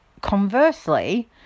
conversely